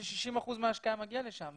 הסוכנות טוענת ש-60% מההשקעה מגיעה לשם,